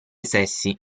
sessi